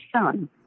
son